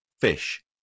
fish